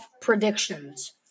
predictions